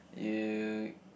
you